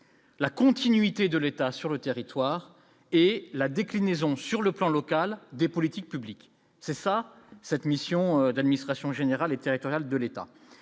la continuité de l'État sur le territoire et la déclinaison sur le plan local des politiques publiques, c'est ça, cette mission d'administration générale et territoriale de l'État,